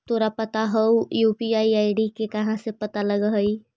तोरा पता हउ, यू.पी.आई आई.डी के कहाँ से पता लगऽ हइ?